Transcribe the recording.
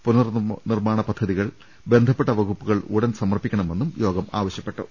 പുനർനിർമാണ പദ്ധതികൾ ബന്ധപ്പെട്ട വകുപ്പുകൾ ഉടൻ സമർപ്പിക്കണമെന്നും യോഗം ആവശ്യപ്പെട്ടു